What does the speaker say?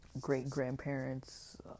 great-grandparents